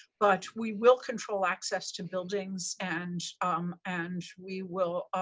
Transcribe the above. but we will control access to buildings and um and we will